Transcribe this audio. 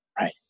right